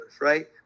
right